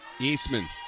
Eastman